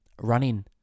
running